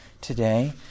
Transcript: today